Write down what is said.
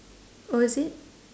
oh is it